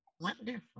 wonderful